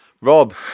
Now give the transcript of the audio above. Rob